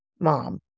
mom